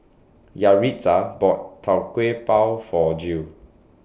Yaritza bought Tau Kwa Pau For Jill